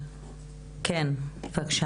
תודה.